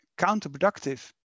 counterproductive